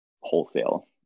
wholesale